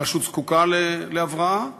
הרשות זקוקה להבראה,